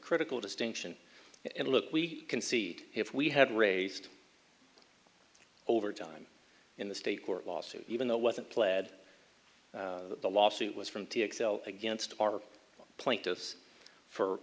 critical distinction and look we can see if we had raised over time in the state court lawsuit even though it wasn't pled the lawsuit was from the excel against our